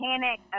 panic